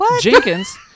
Jenkins